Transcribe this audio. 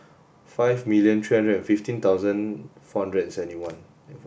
five million three hundred and fifteen thousand four hundred and seventy one